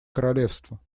королевства